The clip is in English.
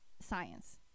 science